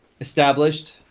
established